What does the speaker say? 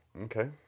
okay